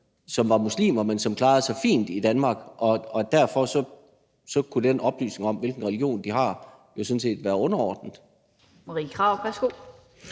som var muslimer, men som klarede sig fint i Danmark. Og derfor kunne den oplysning om, hvilken religion de har, jo sådan set være